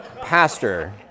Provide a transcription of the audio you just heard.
pastor